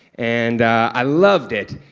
and i loved it.